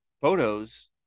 photos